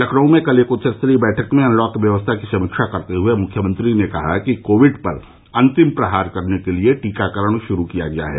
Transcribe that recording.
लखनऊ में कल एक उच्च स्तरीय बैठक में अनलॉक व्यवस्था की समीक्षा करते हुए मुख्यमंत्री ने कहा कि कोविड पर अंतिम प्रहार करने के लिए टीकाकरण शुरू किया गया है